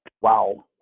Wow